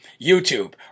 YouTube